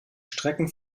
strecken